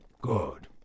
Good